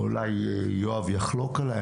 אולי יואב יחלוק עליי,